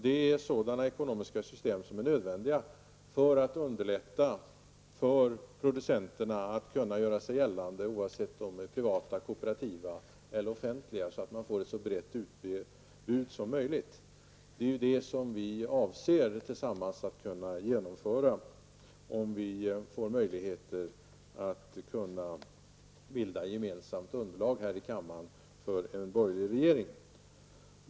Det är sådana ekonomiska system som är nödvändiga för att underlätta för producenterna att göra sig gällande, oavsett om de är privata, kooperativa eller offentliga, så att man får ett så brett utbud som möjligt. Det är detta som vi avser att genomföra, om vi får möjlighet att tillsammans bilda underlag här i kammaren för en borgerlig regering.